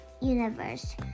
universe